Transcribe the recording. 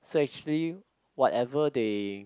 so actually whatever they